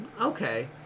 okay